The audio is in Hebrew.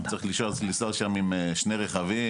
צריך לנסוע לשם עם שני רכבים,